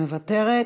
מוותרת.